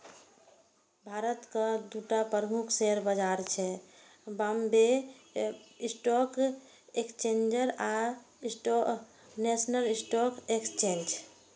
भारतक दूटा प्रमुख शेयर बाजार छै, बांबे स्टॉक एक्सचेंज आ नेशनल स्टॉक एक्सचेंज